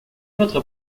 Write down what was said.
votre